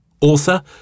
Author